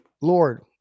Lord